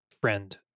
friend